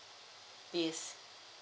yes